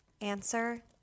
Answer